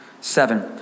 Seven